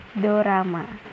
dorama